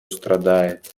страдает